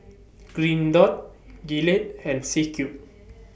Green Dot Gillette and C Cube